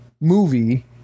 movie